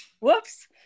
Whoops